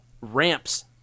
ramps